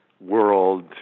world